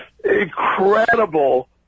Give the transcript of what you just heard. Incredible